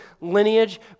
lineage